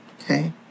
Okay